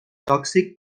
tòxic